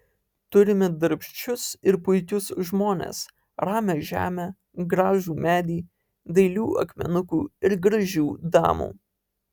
turime darbščius ir puikius žmones ramią žemę gražų medį dailių akmenukų ir gražių damų